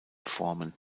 formen